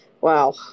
Wow